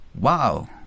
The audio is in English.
wow